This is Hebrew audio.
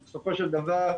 שוב,